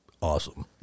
awesome